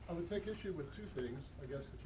would take issue with two things